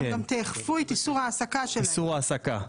אתם גם תאכפו את איסור ההעסקה שלהם.